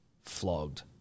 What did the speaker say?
flogged